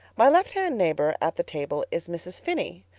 my left-hand neighbor at the table is mrs. phinney.